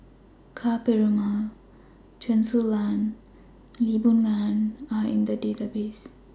Ka Perumal Chen Su Lan and Lee Boon Ngan Are in The Database